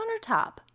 countertop